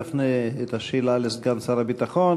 תפנה את השאלה לסגן שר הביטחון.